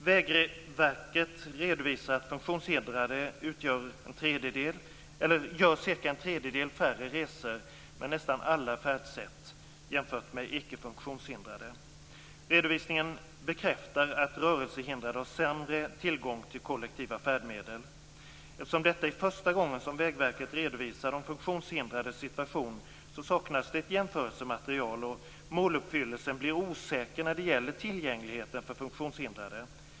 Vägverket redovisar att funktionshindrade gör cirka en tredjedel färre resor med nästan alla färdsätt än icke funktionshindrade. Redovisningen bekräftar att rörelsehindrade har sämre tillgång till kollektiva färdmedel. Eftersom detta är första gången som Vägverket redovisar de funktionshindrades situation saknas ett jämförelsematerial, och måluppfyllelsen blir osäker när det gäller tillgängligheten för funktionshindrade.